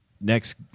next